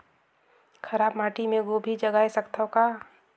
खराब माटी मे गोभी जगाय सकथव का?